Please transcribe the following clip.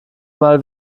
mal